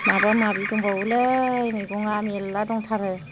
माबामाबि दंबावोलै मैगङा मेरला दंथारो